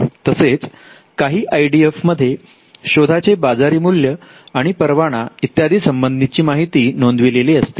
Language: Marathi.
तसेच काही आय डी एफ मध्ये शोधाचे बाजारी मूल्य आणि परवाना इत्यादी संबंधीची माहिती नोंदविलेलि असते